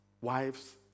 wives